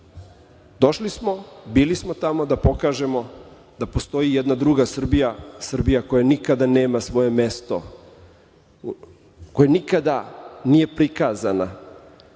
Došli smo, bili smo tamo da pokažemo da postoji jedna druga Srbija, Srbija koja nikada nema svoje mesto, koja nikada nije prikazana,